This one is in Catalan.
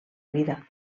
vida